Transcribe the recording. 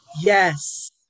Yes